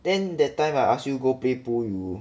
then that time I ask you go play pool you